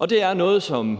Det er noget, som